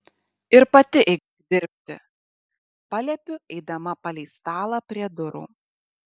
ir pati eik dirbti paliepiu eidama palei stalą prie durų